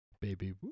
baby